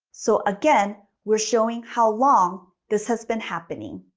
so again, we're showing how long this has been happening.